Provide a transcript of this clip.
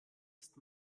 ist